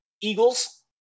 Eagles